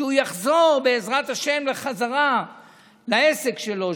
כשהוא יחזור בעזרת השם חזרה לעסק שלו,